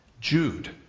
Jude